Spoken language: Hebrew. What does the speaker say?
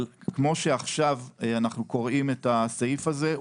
אבל כמו שעכשיו אנחנו קוראים את הסעיף הזה,